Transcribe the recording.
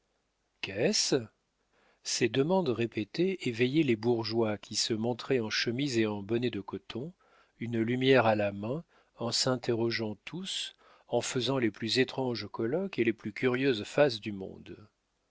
qu'est-ce ces demandes répétées éveillaient les bourgeois qui se montraient en chemise et en bonnet de coton une lumière à la main en s'interrogeant tous et faisant les plus étranges colloques et les plus curieuses faces du monde